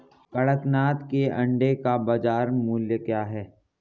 कड़कनाथ के अंडे का बाज़ार मूल्य क्या है?